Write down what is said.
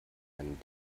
ein